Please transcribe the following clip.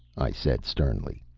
i said, sternly.